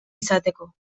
izateko